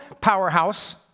powerhouse